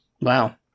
Wow